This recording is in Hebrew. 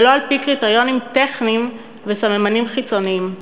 ולא על-פי קריטריונים טכניים וסממנים חיצוניים.